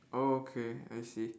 oh okay I see